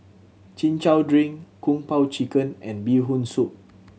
Chin Chow drink Kung Po Chicken and Bee Hoon Soup